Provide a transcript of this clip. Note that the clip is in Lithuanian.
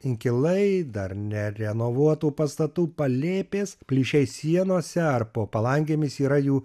inkilai dar nerenovuotų pastatų palėpės plyšiai sienose ar po palangėmis yra jų